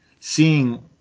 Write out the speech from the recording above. seeing